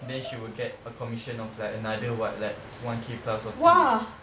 then she will get a commission of like another what one K plus or two